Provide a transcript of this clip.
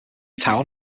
town